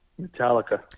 Metallica